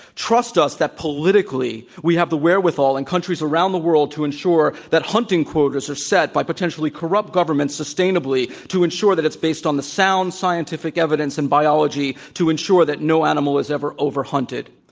trust us that politically we have the wherewithal in countries around the world to ensure that hunting quotas are set by potentially corrupt governments sustainably to ensure that it's based on the sound scientific evidence in biology to ensure that no animal is ever overhunted.